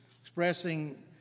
expressing